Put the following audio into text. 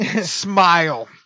smile